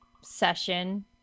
session